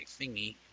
thingy